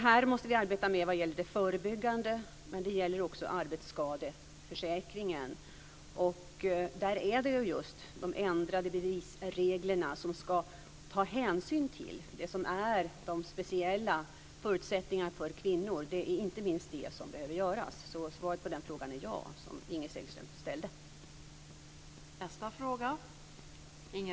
Här måste vi arbeta med det förebyggande men också med arbetsskadeförsäkringen, och där är det inte minst bevisreglerna som behöver ändras så att hänsyn tas till de speciella förutsättningarna för kvinnor. Svaret på frågan som Inger Segelström ställde är alltså ja.